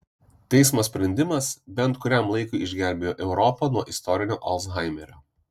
teismo sprendimas bent kuriam laikui išgelbėjo europą nuo istorinio alzhaimerio